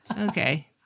Okay